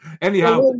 anyhow